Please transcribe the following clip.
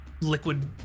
liquid